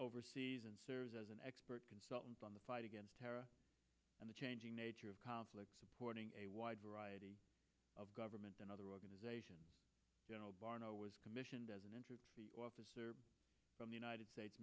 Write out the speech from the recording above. overseas and serves as an expert consultant on the fight against terror and the changing nature of conflict boarding a wide variety of government and other organizations general barno was commission doesn't enter the officer from the united states